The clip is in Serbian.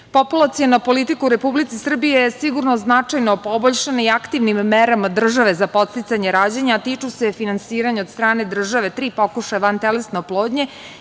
politika u Republici Srbiji je sigurno značajno poboljšana i aktivnim merama države za podsticanje rađanja, a tiču se finansiranja od strane države tri pokušaja vantelesne oplodnje